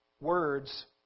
words